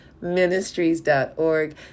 ministries.org